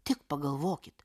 tik pagalvokit